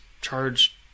charge